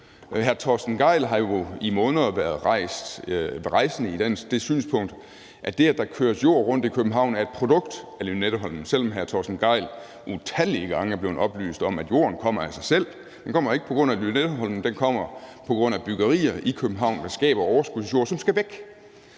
Hr. Torsten Gejl har jo i måneder været rejsende i det synspunkt, at det, at der køres jord rundt i København, er et produkt af Lynetteholmen, selv om hr. Torsten Gejl utallige gange er blevet oplyst om, at jorden kommer af sig selv. Den kommer ikke på grund af Lynetteholmen, den kommer på grund af byggerier i København, som skaber overskudsjord, og som skal væk.